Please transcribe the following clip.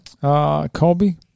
Colby